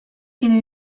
kien